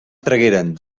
tragueren